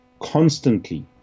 constantly